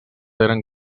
eren